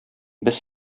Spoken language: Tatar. без